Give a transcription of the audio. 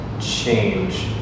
change